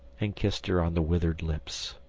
and kissed her on the withered lips.